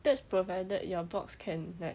that's provided your box can like